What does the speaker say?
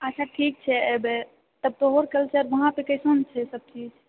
अच्छा ठीक छै एबै तऽ तोहर कल्चर वहां पे कइसन छै सब चीज